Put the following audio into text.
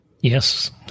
Yes